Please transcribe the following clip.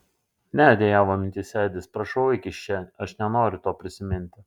ne dejavo mintyse edis prašau eik iš čia aš nenoriu to prisiminti